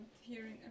hearing